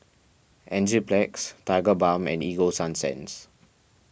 Enzyplex Tigerbalm and Ego Sunsense